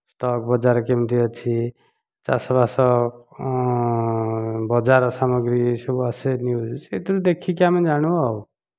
stock ବଜାର କେମିତି ଅଛି ଚାଷବାଷ ବଜାର ସାମଗ୍ରୀ ଏସବୁ ଆସେ ନ୍ୟୁଜ୍ ସେଥିରୁ ଦେଖିକି ଆମେ ଜାଣୁ ଆଉ